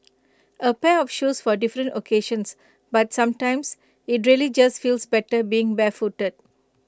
A pair of shoes for different occasions but sometimes IT really just feels better being barefooted